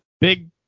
Big